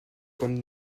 comme